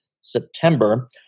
September